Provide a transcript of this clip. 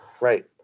Right